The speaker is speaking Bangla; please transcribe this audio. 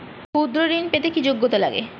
ক্ষুদ্র ঋণ পেতে কি যোগ্যতা লাগে?